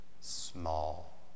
small